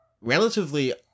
relatively